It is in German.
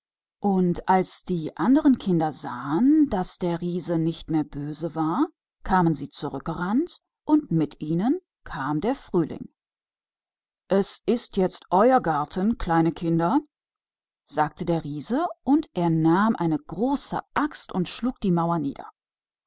und wie die andern kinder sahen daß der riese nicht mehr böse war kamen sie schnell zurückgelaufen und mit ihnen kam auch der frühling der garten gehört jetzt euch kinderlein sagte der riese und er nahm eine große axt und hieb die mauer